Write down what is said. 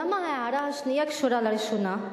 למה ההערה השנייה קשורה לראשונה?